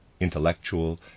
intellectual